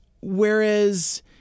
whereas